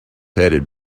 headed